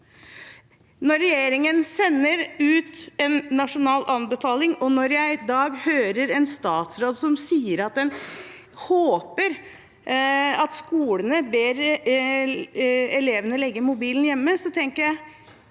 Når regjeringen sender ut en nasjonal anbefaling, og når jeg i dag hører en statsråd som sier at en håper at skolene ber elevene legge mobilen hjemme, tenker jeg: